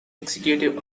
executive